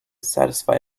satisfy